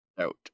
Out